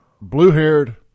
blue-haired